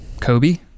Kobe